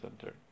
center